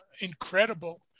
incredible